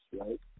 right